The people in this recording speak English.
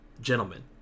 gentlemen